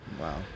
Wow